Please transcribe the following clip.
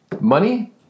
Money